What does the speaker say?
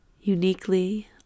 uniquely